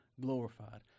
glorified